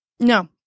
No